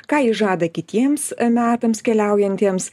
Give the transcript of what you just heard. ką jis žada kitiems metams keliaujantiems